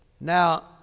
Now